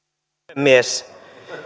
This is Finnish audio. puhemies